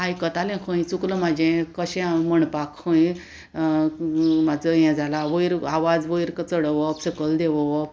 आयकतालें खंय चुकलां म्हाजें कशें हांव म्हणपाक खंय म्हाजो हें जाला वयर आवाज वयर चडोवप सकयल देंवोवप